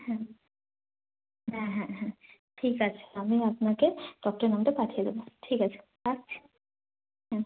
হ্যাঁ হ্যাঁ হ্যাঁ হ্যাঁ ঠিক আছে আমি আপনাকে ডক্টরের নামটা পাঠিয়ে দেবো ঠিক আছে রাখছি হ্যাঁ